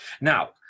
Now